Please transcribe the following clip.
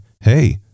Hey